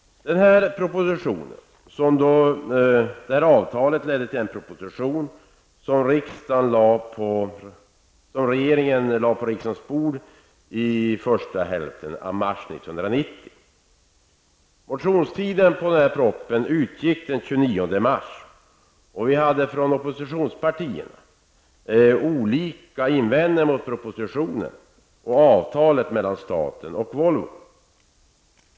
Avtalet ledde till en proposition, som regeringen lade på riksdagens bord under första hälften av mars 1990. Motionstiden utgick den 29 mars. Oppositionspartierna hade olika invändningar mot propositionen och avtalet mellan staten och Volvo.